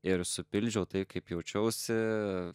ir supildžiau tai kaip jaučiausi